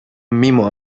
mimo